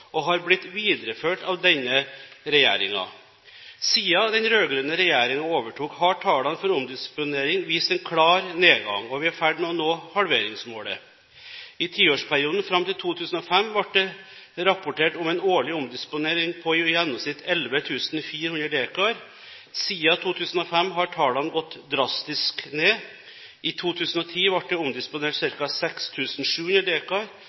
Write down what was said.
og har blitt videreført av denne regjeringen. Siden den rød-grønne regjeringen overtok, har tallene for omdisponering vist en klar nedgang, og vi er i ferd med å nå halveringsmålet. I tiårsperioden fram til 2005 ble det rapportert om en årlig omdisponering på i gjennomsnitt 11 400 dekar. Siden 2005 har tallene gått drastisk ned. I 2010 ble det omdisponert ca. 6 700